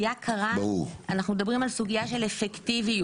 בראייה קרה אנחנו מדברים על סוגייה של אפקטיביות.